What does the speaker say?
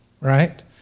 right